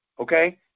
okay